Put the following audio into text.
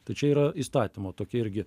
tai čia yra įstatymo tokia irgi